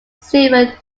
silver